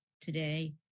today